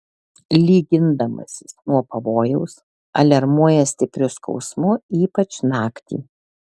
lyg gindamasis nuo pavojaus aliarmuoja stipriu skausmu ypač naktį